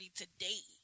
today